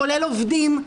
כולל עובדים.